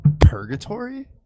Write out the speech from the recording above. purgatory